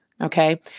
Okay